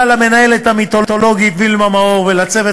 תודה למנהלת המיתולוגית וילמה מאור ולצוות